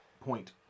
point